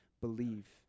believe